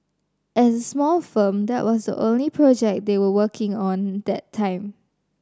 as a small firm that was the only project they were working on that time